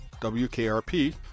WKRP